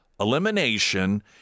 Elimination